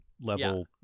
level